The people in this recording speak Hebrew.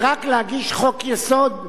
ורק להגיש חוק-יסוד,